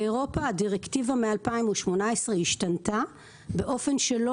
באירופה הדירקטיבה מ-2018 השתנתה באופן שלא